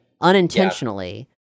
unintentionally